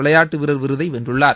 விளையாட்டு வீரர் விருதை வென்றுள்ளார்